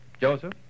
Joseph